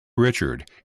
richard